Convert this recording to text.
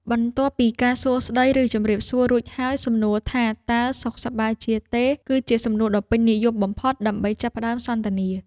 បន្ទាប់ពីការសួរស្តីឬជម្រាបសួររួចហើយសំណួរថាតើសុខសប្បាយជាទេគឺជាសំណួរដ៏ពេញនិយមបំផុតដើម្បីចាប់ផ្តើមសន្ទនា។